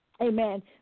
Amen